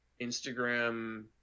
Instagram